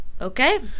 okay